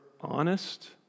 honest